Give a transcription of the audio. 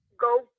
go